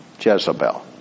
Jezebel